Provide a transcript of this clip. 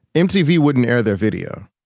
mtv wouldn't air their video.